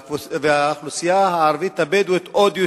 והאוכלוסייה הערבית הבדואית עוד יותר.